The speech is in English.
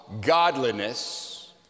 godliness